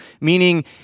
meaning